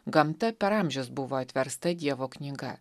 gamta per amžius buvo atversta dievo knyga